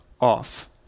off